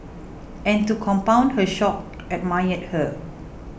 and to compound her shock admired her